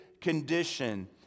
condition